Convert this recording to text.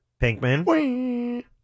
Pinkman